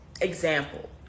example